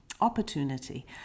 opportunity